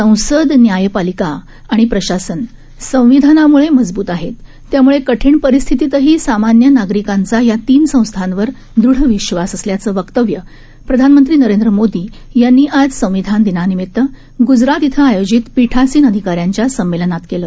संसद न्यायपालिका आणि प्रशासन संविधानामुळे मजबूत आहेत त्यामुळे कठिण परिस्थितही सामान्य नागरिकांचा या तीन संस्थांवर दृढ विश्वास असल्याचं वक्तव्य प्रधानमंत्री नरेंद्र मोदी यांनी आज संविधान दिनानिमित्त गुजरात इथं आयोजित पिठासीन अधिकाऱ्यांच्या सम्मेलनात केलं